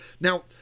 Now